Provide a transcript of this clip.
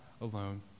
alone